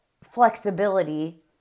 flexibility